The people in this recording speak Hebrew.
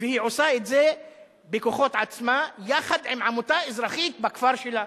והיא עושה את זה בכוחות עצמה יחד עם עמותה אזרחית בכפר שלה.